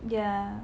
ya